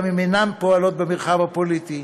גם אם אינן פועלות במרחב הפוליטי,